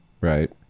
right